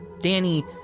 Danny